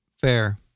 Fair